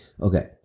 okay